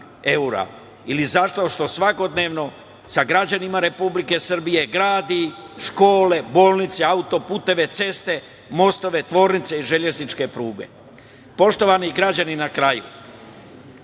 evra ili zato što svakodnevno sa građanima Republike Srbije gradi škole, bolnice, autoputeve, ceste, mostove, tvornice, železničke pruge. Poštovani građani, na kraju,